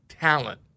talent